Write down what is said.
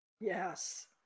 Yes